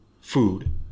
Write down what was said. food